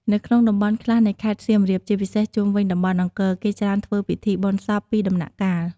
នៅក្នុងតំបន់ខ្លះនៃខេត្តសៀមរាប ជាពិសេសជុំវិញតំបន់អង្គរ គេច្រើនធ្វើពិធីបុណ្យសពពីរដំណាក់កាល។